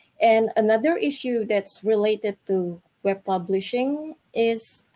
and another issue that's related to web publishing is